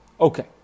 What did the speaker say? Okay